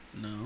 No